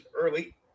early